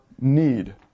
need